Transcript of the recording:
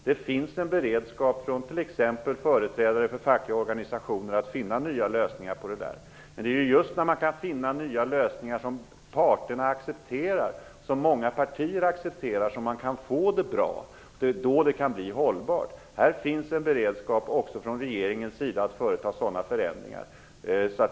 Det finns en beredskap från t.ex. företrädare för fackliga organisationer för att finna nya lösningar. Det är just när man kan finna nya lösningar som parterna och som många partier accepterar som man kan få det bra. Det är då det kan bli hållbart. Här finns en beredskap också från regeringens sida för att företa sådana förändringar.